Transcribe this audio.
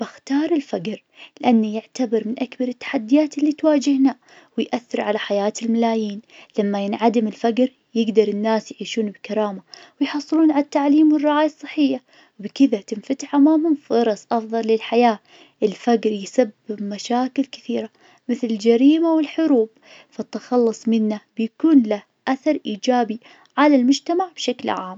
بختار الفجر -الفقر-, لأن يعتبر من أكبر التحديات اللي تواجهنا, ويؤثر على حياة الملايين, لما ينعدم الفقر, يقدر الناس يعيشون بكرامة, ويحصلون عالتعليم والرعاية الصحية, بكذا تنفتح أمامهم فرص أفضل للحياة, الفقر يسبب مشاكل كثيرة, مثل, الجريمة, والحروب, فالتخلص منه, بيكون له أثر إيجابي على المجتمع بشكل عام.